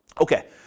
Okay